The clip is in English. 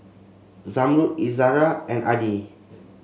Zamrud Izara and Adi